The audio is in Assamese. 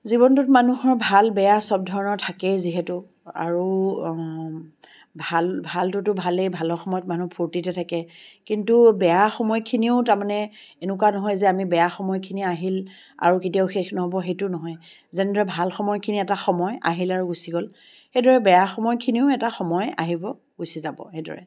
জীৱনটোত মানুহৰ ভাল বেয়া চব ধৰণৰ থাকেই যিহেতু আৰু ভাল ভালতোটো ভালেই ভালৰ সময়ত মানুহ ফূৰ্তিতে থাকে কিন্তু বেয়া সময়খিনিও তাৰমানে এনেকুৱা নহয় যে আমি বেয়া সময়খিনি আহিল আৰু কেতিয়াও শেষ নহ'ব সেইটো নহয় যেনেদৰে ভাল সময়খিনি এটা সময় আহিল আৰু গুচি গ'ল সেইদৰে বেয়া সময়খিনিও এটা সময় আহিব গুচি যাব সেইদৰে